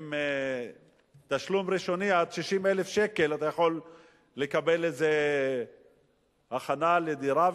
עם תשלום ראשוני עד 60,000 שקל לקבל איזו הכנה לדירה,